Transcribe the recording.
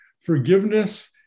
Forgiveness